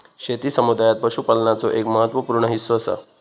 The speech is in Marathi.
शेती समुदायात पशुपालनाचो एक महत्त्व पूर्ण हिस्सो असा